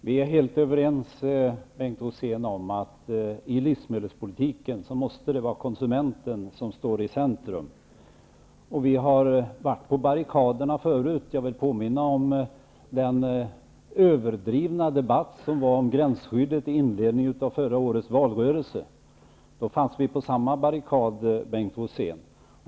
Herr talman! Vi är helt överens om, Bengt Rosén, att konsumenten måste stå i centrum i livsmedelspolitiken. Vi har förut varit på barrikaderna. Jag vill påminna om den överdrivna debatt som fördes om gränsskyddet i inledningen av förra årets valrörelse. Då fanns vi på samma barrikad, Bengt Rosén.